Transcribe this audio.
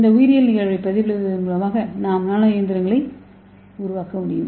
இந்த உயிரியல் நிகழ்வைப் பிரதிபலிப்பதன் மூலம் நாம் நானோ இயந்திரங்களை உருவாக்க முடியும்